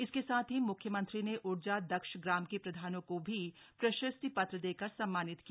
इसके साथ ही म्ख्यमंत्री ने ऊर्जा दक्ष ग्राम के प्रधानों को भी प्रशस्ति पत्र देकर सम्मानित किया